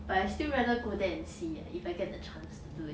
but I still rather go there and see eh if I get a chance to do it